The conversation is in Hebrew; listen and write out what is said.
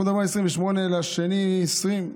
אנחנו מדברים על 28 בפברואר 2020: